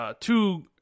two